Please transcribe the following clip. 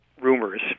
rumors